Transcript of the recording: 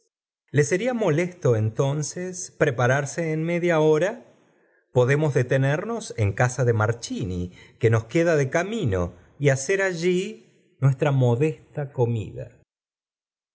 le sería molesto entonces m media hora podemos assis hwpr fíl ma f m que nos queda d camino y nacei allí nuestra modesta comida